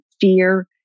fear